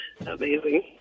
Amazing